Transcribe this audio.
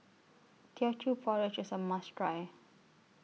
Teochew Porridge IS A must Try